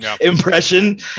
Impression